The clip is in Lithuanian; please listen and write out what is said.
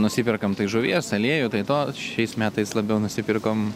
nusiperkam tai žuvies aliejų tai to šiais metais labiau nusipirkom